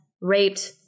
raped